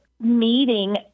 meeting